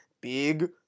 Big